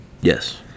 Yes